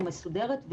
מסודרת,